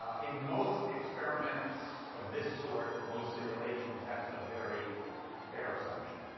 ah in most experiments of this sort, most simulations, that's a very fair assumption.